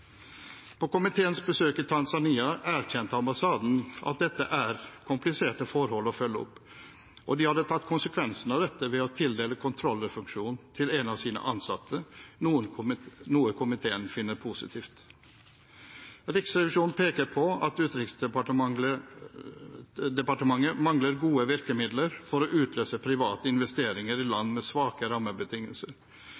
På komiteens besøk i Tanzania erkjente ambassaden at dette er kompliserte forhold å følge opp, og de hadde tatt konsekvensen av dette ved å tildele controller-funksjonen til en av sine ansatte, noe komiteen finner positivt. Riksrevisjonen påpeker at Utenriksdepartementet mangler gode virkemidler for å utløse private investeringer i land med svake rammebetingelser.